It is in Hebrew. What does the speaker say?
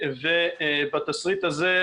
בתשריט הזה,